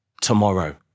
tomorrow